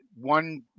one